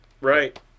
Right